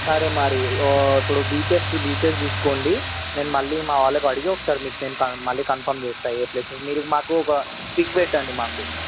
సరే మరి అప్పుడు బీచెస్ బీచెస్ చూసుకోండి నేను మళ్ళీ మా వాళ్ళకి అడిగి ఒకసారి మీకు నేను మళ్ళీ కన్ఫామ్ చేస్తాను ఏ ప్లేసెస్ మీరు మాకు ఒక పిక్ పెట్టండి మాకు